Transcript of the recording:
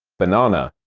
banana